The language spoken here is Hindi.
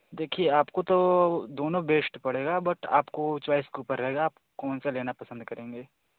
देखिए आपको तो दोनों बेश्ट पड़ेगा बट आपको चॉइस के ऊपर रहेगा आप कौन सा लेना पसंद करेंगे